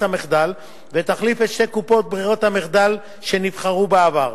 המחדל ותחליף את שתי קופות ברירת המחדל שנבחרו בעבר.